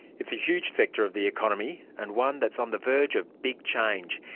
it's a huge sector of the economy and one that's on the verge of big change.